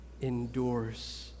endures